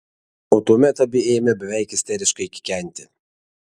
o tuomet abi ėmė beveik isteriškai kikenti